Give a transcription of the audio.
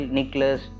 Nicholas